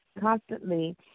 constantly